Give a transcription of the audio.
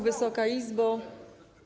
Wysoka Izbo!